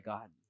God